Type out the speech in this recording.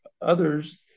Others